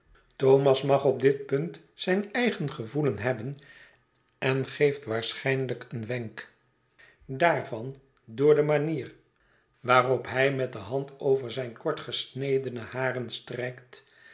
thomas mag op dit punt zijn eigen gevoelen hebben en geeft waarschijnlijk een wenk daarvan door de manier waarop hij met de hand genwoordigen